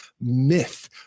myth